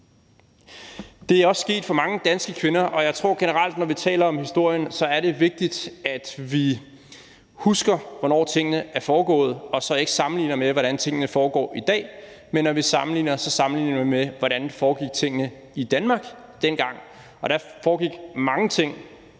Det er også sket for mange danske kvinder, og jeg tror generelt, at det, når vi taler om historien, er vigtigt, at vi husker, hvornår tingene er foregået og så ikke sammenligner med, hvordan tingene foregår i dag, men at vi, når vi sammenligner, så sammenligner med, hvordan tingene foregik i Danmark dengang. Og der foregik mange ting